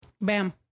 Bam